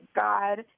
God